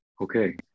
okay